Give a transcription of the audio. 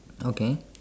okay